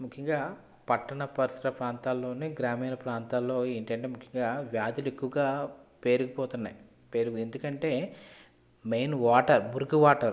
ముఖ్యంగా పట్టణ పరిస్థిరా ప్రాంతలోని గ్రామీనా ప్రాంతాలో ఏంటంటే ముఖ్యంగా వ్యాధులు ఎక్కువగా పేరుకుపోతున్నాయి ఎందుకంటే మెయిన్ వాటర్ మురికి వాటర్